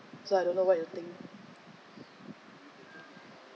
so I don't know what you think